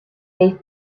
they